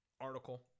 article